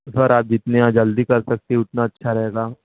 سر آپ جتنی ہاں جلدی کر سکتے ہیں اتنا اچھا رہے گا